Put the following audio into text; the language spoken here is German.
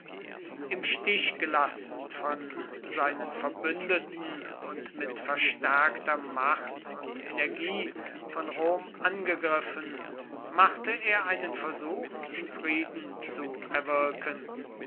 im stich gelassen von seinen verbündeten und mit verstärkter macht und energie von rom angegriffen machte er einen versuch frieden zu erwirken